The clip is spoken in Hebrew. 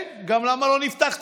כן, למה לא נפתח צימרים?